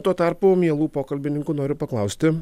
tuo tarpu mielų pokalbininkų noriu paklausti